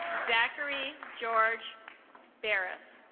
zachary george barris